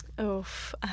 Oof